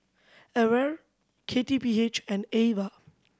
AWARE K T P H and Ava